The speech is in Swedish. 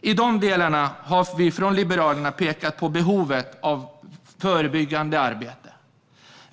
I dessa delar har vi från Liberalerna pekat på behovet av förebyggande arbete.